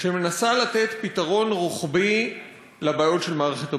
שמנסה לתת פתרון רוחבי לבעיות של מערכת הבריאות.